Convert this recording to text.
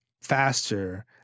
faster